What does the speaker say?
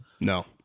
No